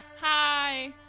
Hi